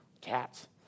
cats